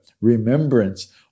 remembrance